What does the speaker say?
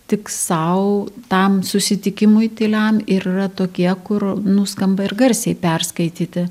tik sau tam susitikimui tyliam ir yra tokie kur nuskamba ir garsiai perskaityti